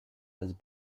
his